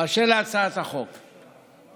באשר להצעת החוק,